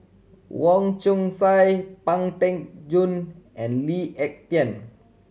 Wong Chong Sai Pang Teck Joon and Lee Ek Tieng